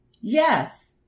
Yes